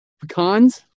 Pecans